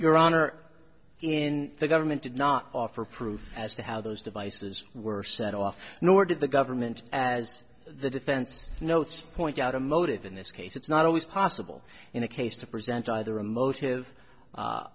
your honor in the government did not offer proof as to how those devices were set off nor did the government as the defense notes point out a motive in this case it's not always possible in a case to present either a motive